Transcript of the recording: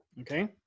okay